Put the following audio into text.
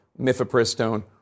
mifepristone